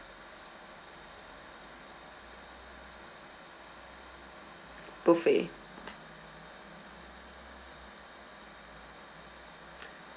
buffet